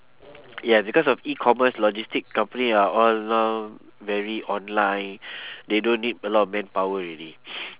ya because of e-commerce logistic company ah all all very online they don't need a lot of manpower already